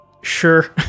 sure